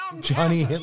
Johnny